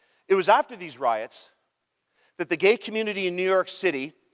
it was after these riots that the gay community in new york city